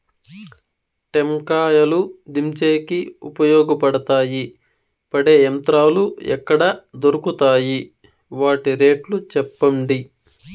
టెంకాయలు దించేకి ఉపయోగపడతాయి పడే యంత్రాలు ఎక్కడ దొరుకుతాయి? వాటి రేట్లు చెప్పండి?